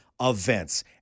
events